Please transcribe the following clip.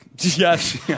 Yes